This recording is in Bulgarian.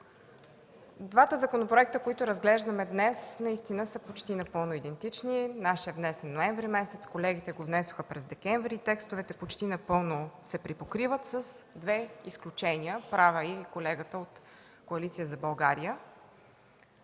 Двата законопроекта, които разглеждаме днес, наистина са почти напълно идентични. Нашият е внесен ноември месец, а колегите го внесоха през декември, и текстовете почти напълно се припокриват с две изключения, права е и колегата от Коалиция за България.